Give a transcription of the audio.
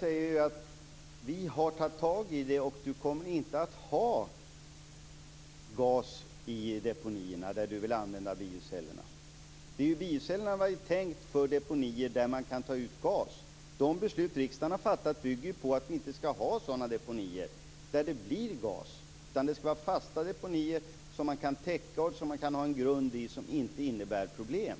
Fru talman! Vi har tagit tag i det. Det kommer inte att finnas gas i deponier, där Lars Lindblad vill använda bioceller. Biocellerna är tänkta för deponier där man kan ta ut gas. De beslut riksdagen har fattat bygger på att vi inte skall ha sådana deponier. Det skall vara fasta deponier som kan ha en grund och som kan täckas, som inte innebär problem.